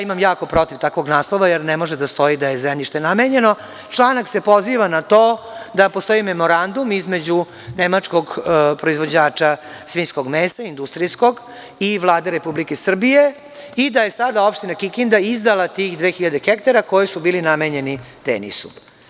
Imam protiv takvog naslova, jer ne može da stoji da je zemljište namenjeno, a članak se poziva na to da postoji memorandum između nemačkog proizvođača svinjskog mesa, industrijskog i Vlade Republike Srbije i da je sada opština Kikinda izdala 2.000 hektara koje su bile namenjene tenisu.